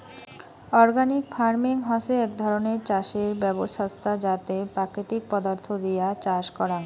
organic farming হসে এক ধরণের চাষের ব্যবছস্থা যাতে প্রাকৃতিক পদার্থ দিয়া চাষ করাং